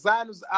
anos